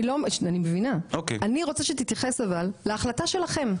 אני רוצה שתתייחס להחלטה שלכם,